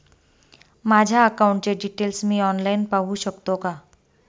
माझ्या अकाउंटचे डिटेल्स मी ऑनलाईन पाहू शकतो का?